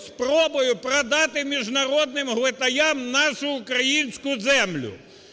– спробою продати міжнародним глитаям нашу українську землю.